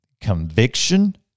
conviction